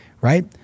Right